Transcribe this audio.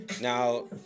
Now